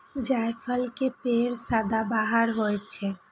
जायफल के पेड़ सदाबहार होइ छै